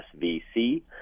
SVC